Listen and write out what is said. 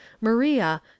Maria